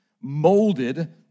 molded